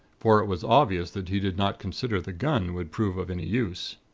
for it was obvious that he did not consider the gun would prove of any use.